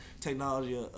technology